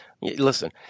listen